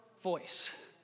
voice